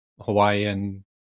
Hawaiian